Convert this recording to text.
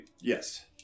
Yes